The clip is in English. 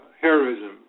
heroism